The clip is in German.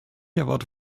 erwarte